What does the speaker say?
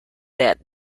that